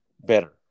better